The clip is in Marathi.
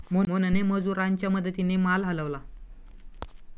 मोहनने मजुरांच्या मदतीने माल हलवला